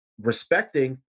respecting